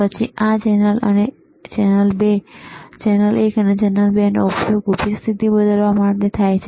પછી આ ચેનલ એક અને ચેનલ 2 નો ઉપયોગ ઊભી સ્થિતિ બદલવા માટે થાય છે